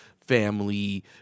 family